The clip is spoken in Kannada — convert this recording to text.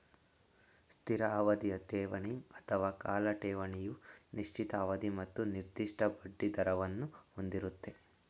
ಸ್ಥಿರ ಅವಧಿಯ ಠೇವಣಿ ಅಥವಾ ಕಾಲ ಠೇವಣಿಯು ನಿಶ್ಚಿತ ಅವಧಿ ಮತ್ತು ನಿರ್ದಿಷ್ಟ ಬಡ್ಡಿದರವನ್ನು ಹೊಂದಿರುತ್ತೆ